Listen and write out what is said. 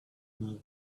mode